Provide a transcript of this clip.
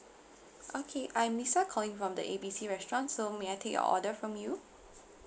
okay I am lisa calling from the A B C restaurant so may I take your order from you